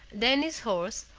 then his horse,